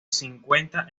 cincuenta